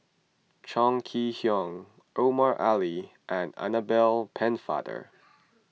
Chong Kee Hiong Omar Ali and Annabel Pennefather